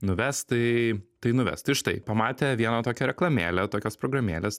nuves tai tai nuves tai štai pamatę vieną tokią reklamėlę tokios programėlės